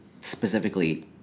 specifically